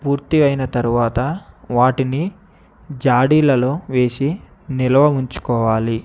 పూర్తి అయిన తరువాత వాటిని జాడీలలో వేసి నిలవ ఉంచుకోవాలి